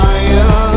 Fire